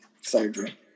surgery